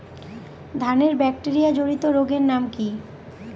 ধানের ব্যাকটেরিয়া জনিত রোগের নাম কি?